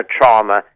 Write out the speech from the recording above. trauma